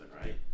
right